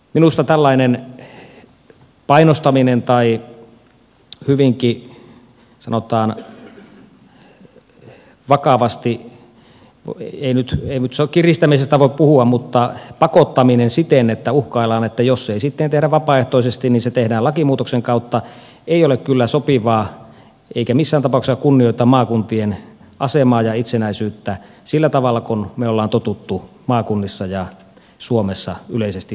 minusta tällainen painostaminen tai hyvinkin sanotaan vakavasti ei nyt kiristämisestä voi puhua pakottaminen siten että uhkaillaan että jos ei sitten tehdä vapaaehtoisesti niin se tehdään lakimuutoksen kautta ei ole kyllä sopivaa eikä missään tapauksessa kunnioita maakuntien asemaa ja itsenäisyyttä sillä tavalla kuin me olemme tottuneet maakunnissa ja suomessa yleisesti ottaen